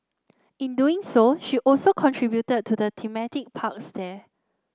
in doing so she also contributed to the thematic parks there